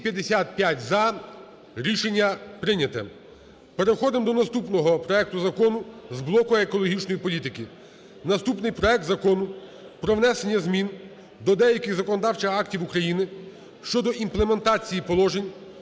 За-255 Рішення прийняте. Переходимо до наступного проекту закону з блоку екологічної політики. Наступний проект Закону про внесення змін до деяких законодавчих актів України (щодо імплементації положень